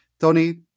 Tony